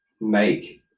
make